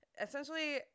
Essentially